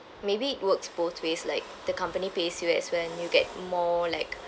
maybe it works both ways like the company pays you as well and you get more like